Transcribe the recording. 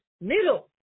middle